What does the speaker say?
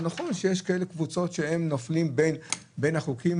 אז נכון שיש קבוצות שנופלות בין החוקים